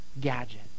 gadget